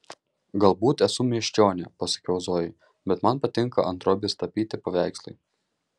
galbūt esu miesčionė pasakiau zojai bet man patinka ant drobės tapyti paveikslai